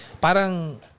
Parang